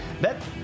Bet